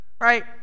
Right